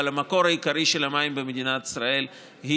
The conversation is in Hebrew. המקור העיקרי של המים במדינת ישראל הוא